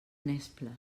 nesples